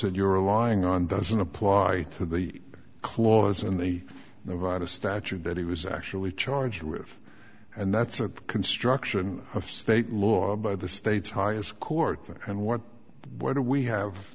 that you're a lying on doesn't apply to the clause and there via the statute that he was actually charged with and that's a construction of state law by the state's highest court and what what do we have